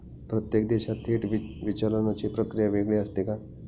प्रत्येक देशात थेट विचलनाची प्रक्रिया वेगळी असते का?